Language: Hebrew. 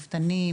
מפתנים,